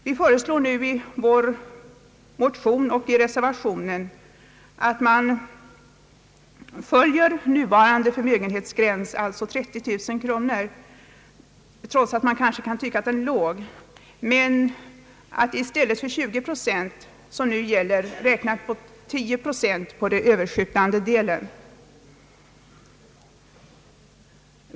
Vi föreslår nu i motionen och reservationen att man följer nuvarande förmögenhetsgräns, alltså 30000 kronor, trots att den kanske kan anses vara för låg, men att det i stället för 20 procent, som nu är fallet, räknas med 10 procent av den behållna förmögenhet som överstiger 30 000 kronor.